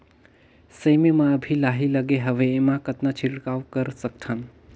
सेमी म अभी लाही लगे हवे एमा कतना छिड़काव कर सकथन?